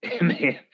man